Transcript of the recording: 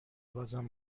بازم